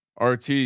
RT